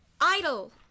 idle